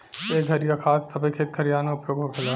एह घरिया खाद सभे खेत खलिहान मे उपयोग होखेला